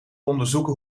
onderzoeken